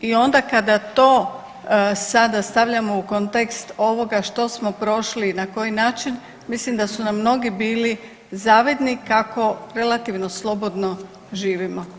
I onda kada to sada stavljamo u kontekst ovoga što smo prošli i na koji način mislim da su nam mnogi bili zavidni kako relativno slobodno živimo.